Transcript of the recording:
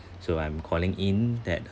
so I'm calling in that